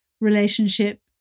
relationship